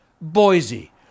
Boise